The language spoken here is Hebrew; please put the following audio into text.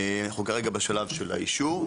אנחנו כרגע בשלב של האישור.